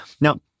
Now